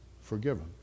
forgiven